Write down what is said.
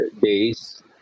days